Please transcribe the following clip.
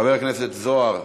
חבר הכנסת זוהר,